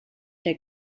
der